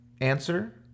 answer